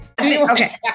Okay